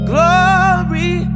Glory